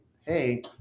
hey